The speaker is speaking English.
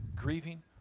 Grieving